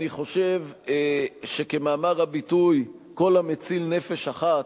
אני חושב שכמאמר הביטוי "כל המציל נפש אחת",